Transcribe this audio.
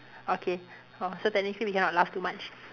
okay orh so technically we cannot laugh too much